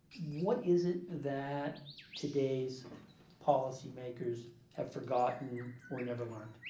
what is it that today's policymakers have forgotten or never learned?